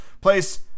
place